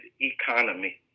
Economy